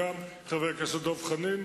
וגם חבר הכנסת דב חנין,